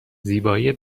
زیبایی